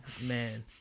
man